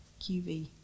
QV